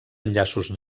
enllaços